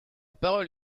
parole